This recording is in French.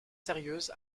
sérieuse